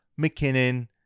McKinnon